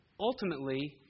Ultimately